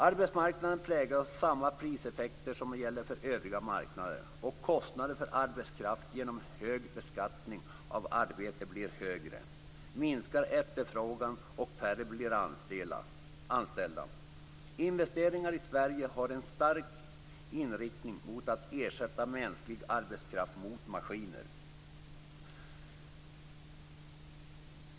Arbetsmarknaden präglas av samma prisbildseffekter som gäller för övriga marknader. Om kostnader för arbetskraft genom hög beskattning av arbete blir högre, minskar efterfrågan och färre blir anställda. Investeringar i Sverige har en stark inriktning mot att ersätta mänsklig arbetskraft med maskiner.